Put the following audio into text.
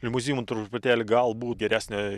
limuzinų truputėlį gal būt geresnė